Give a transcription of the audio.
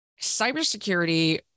cybersecurity